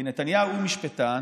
כי נתניהו הוא משפטן.